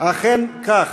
אכן כך.